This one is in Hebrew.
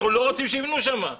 אנחנו לא רוצים שיבנו שם.